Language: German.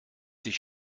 sich